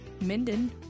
Minden